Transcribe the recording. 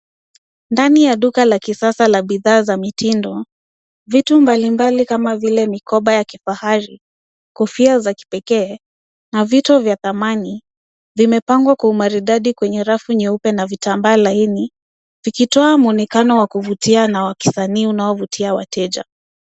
Ndani ya duka la kisasa la bidhaa za mitindo, vitu mbalimbali kama vile mikoba ya kifahari, kofia za kipekee na vitu vya thamani, vimepangwa kwa umaridadi kwenye rafu nyeupe na vitambaa laini, vikitoa mwonekano wa kuvutia na wa kisanii unaovutia wateja.